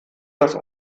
das